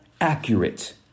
accurate